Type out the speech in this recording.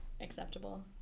acceptable